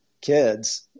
kids